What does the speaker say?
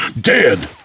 Dead